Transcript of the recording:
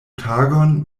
tagon